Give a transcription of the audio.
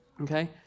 Okay